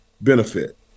benefit